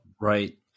Right